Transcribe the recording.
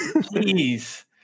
please